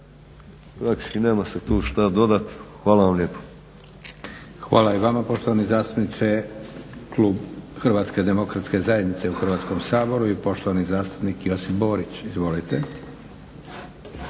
Hvala vam lijepo.